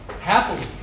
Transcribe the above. happily